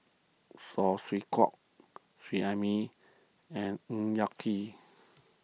Saw Swee Hock Seet Ai Mee and Ng Yak Whee